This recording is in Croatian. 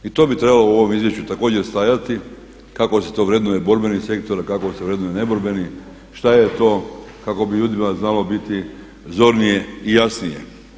I to bi trebalo u ovom izvješću također stajati kako se to vrednuje borbeni sektor, a kako se vrednuje neborbeni, što je to kako bi ljudi to znali zornije i jasnije.